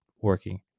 working